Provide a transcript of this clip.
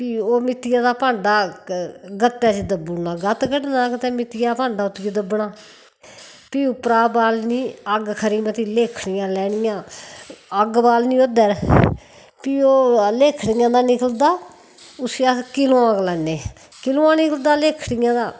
भी ओह् मित्तियै दा भांडा गत्तै च दब्बी ओड़ना गत्त कड्ढना ते मित्ती दा भांडा उस च दब्बना भी उप्परा बालनी अग्ग खरी भी लकडियां लैनियां अग्ग बालनी उस पर भी ओह् लेह्खड़ियें कन्नै भी उसी अस किलोआं लान्ने किलोआं निकलदा लेह्खड़ियें दा